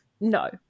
no